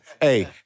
Hey